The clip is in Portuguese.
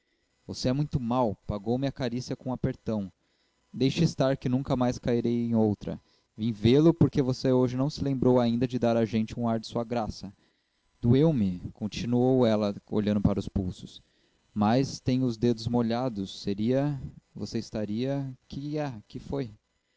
você é muito mau pagou me a carícia com um apertão deixe estar que nunca mais cairei em outra vim vê-lo porque você hoje não se lembrou ainda de dar à gente um ar de sua graça doeu-me continuou ela olhando para os pulsos mas tenho os dedos molhados seria você estaria que é que foi